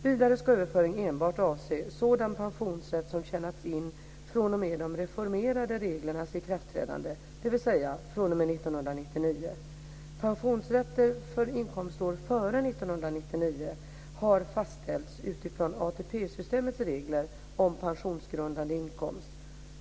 Vidare ska överföring enbart avse sådan pensionsrätt som tjänats in fr.o.m. de reformerade reglernas ikraftträdande, dvs. fr.o.m. 1999. Pensionsrätter för inkomstår före 1999 har fastställts utifrån ATP systemets regler om pensionsgrundande inkomst.